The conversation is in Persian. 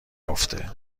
افته